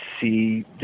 see